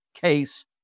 case